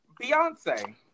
Beyonce